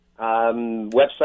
website